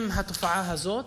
עם התופעה הזאת,